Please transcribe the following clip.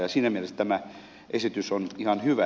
siinä mielessä tämä esitys on ihan hyvä